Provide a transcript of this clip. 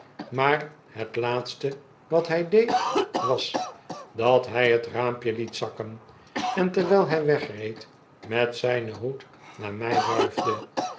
maar het laatste wat hj deed was dathg het raampje liet zakken en terwijl hij wegreed met zrjnen hoed naar mfl wuifde